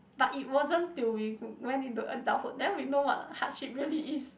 but it wasn't till we went into adulthood then we know what a hardship really is